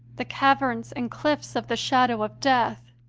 the caverns and cliffs of the shadow of death,